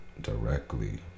directly